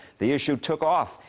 the issue took off,